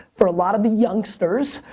for a lot of the youngsters,